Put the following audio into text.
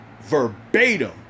verbatim